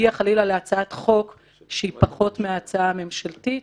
שנגיע חלילה להצעת חוק שהיא פחות מההצעה הממשלתית.